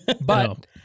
but-